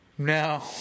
No